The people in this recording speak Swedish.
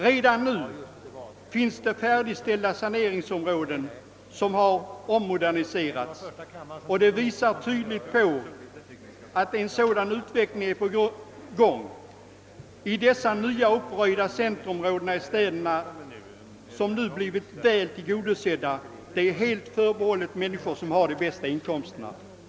Redan nu finns det färdigställda moderniserade saneringsområden, som tydligt visar att en sådan utveckling är i gång. Dessa nyuppröjda centrumområden i storstäderna, som nu har blivit väl tillgodosedda, är nämligen helt för behållna de människor som har de bästa inkomsterna.